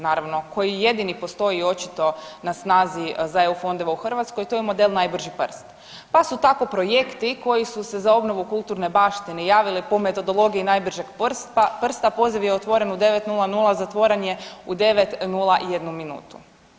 Naravno koji jedini postoji očito na snazi za EU fondove u Hrvatskoj to je model najbrži prst, pa su tako projekti koji su se za obnovu kulturne baštine javili po metodologiji najbržeg prsta, poziv je otvoren u 9.00, zatvoren je u 9.01 minutu.